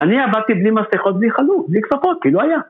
אני עבדתי בלי מסכות, בלי חלוק, בלי כפפות, כי לא היה.